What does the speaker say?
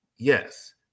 Yes